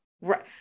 right